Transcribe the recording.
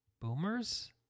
Boomers